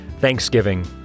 Thanksgiving